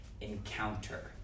encounter